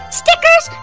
stickers